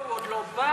לא, הוא עוד לא בא.